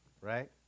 Right